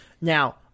Now